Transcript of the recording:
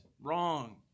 Wrong